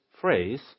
phrase